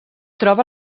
troba